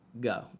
go